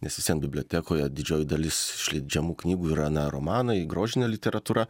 nes vis vien bibliotekoje didžioji dalis išleidžiamų knygų yra na romanai grožinė literatūra